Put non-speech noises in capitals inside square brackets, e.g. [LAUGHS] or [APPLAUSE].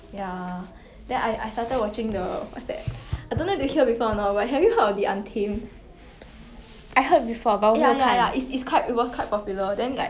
[LAUGHS]